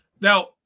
Now